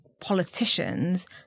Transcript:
politicians